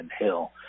Hill